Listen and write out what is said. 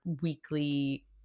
weekly